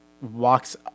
walks